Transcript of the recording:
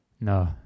No